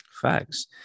facts